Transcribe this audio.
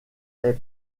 est